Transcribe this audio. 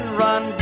run